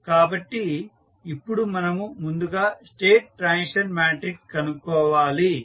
కాబట్టి ఇప్పుడు మనము ముందుగా స్టేట్ ట్రాన్సిషన్ మాట్రిక్స్ కనుక్కోవాలి